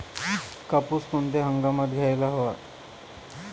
कापूस कोणत्या हंगामात घ्यायला हवा?